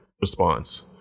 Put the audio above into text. response